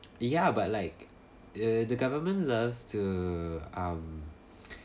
yeah but like uh the government loves to um